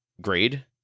grade